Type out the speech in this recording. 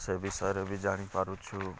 ସେ ବିଷୟରେ ବି ଜାଣିପାରୁଛୁ